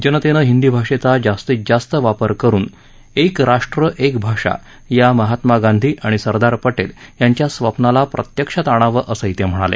जनतेनं हिंदी भाषेचा जास्तीत जास्त वापर करुन एक राष्ट्र एक आषा या महात्मा गांधी आणि सरदार पटेल यांच्या स्वप्नाला प्रत्यक्षात आणावं असंही ते म्हणाले